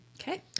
Okay